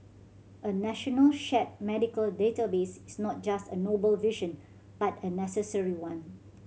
a national shared medical database is not just a noble vision but a necessary one